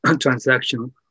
transaction